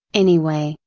anyway,